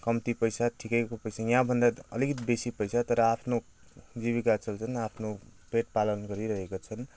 कम्ति पैसा ठिकैको पैसा यहाँभन्दा अलिकति बेसी पैसा तर आफ्नो जीविका चल्छन् आफ्नो पेटपालन गरिरहेका छन्